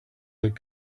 that